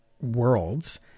worlds